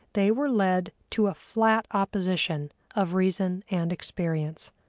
they were led to a flat opposition of reason and experience.